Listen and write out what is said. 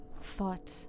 fought